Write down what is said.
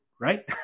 right